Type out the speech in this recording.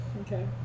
Okay